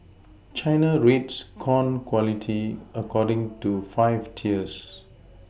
China rates corn quality according to five tiers